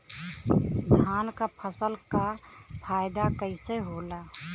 धान क फसल क फायदा कईसे होला?